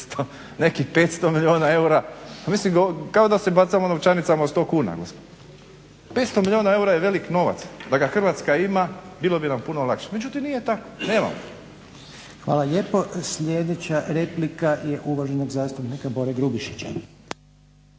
neki 500 milijuna eura, pa mislim kao da se bacamo novčanicama od 100 kuna. 500 milijuna eura je velik novac, da ga Hrvatska ima bilo bi nam puno lakše, međutim nije tako, nema ga. **Reiner, Željko (HDZ)** Hvala lijepo. Sljedeća replika je uvaženog zastupnika Bore Grubišića.